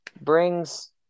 brings